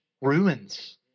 ruins